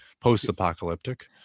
post-apocalyptic